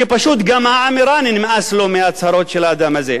שפשוט גם העם האירני נמאס לו מההצהרות של האדם הזה.